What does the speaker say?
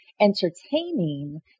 entertaining